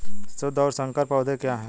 शुद्ध और संकर पौधे क्या हैं?